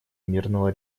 мирного